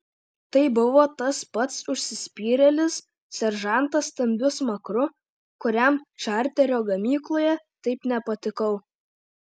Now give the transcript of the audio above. tai buvo tas pats užsispyrėlis seržantas stambiu smakru kuriam čarterio gamykloje taip nepatikau